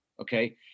okay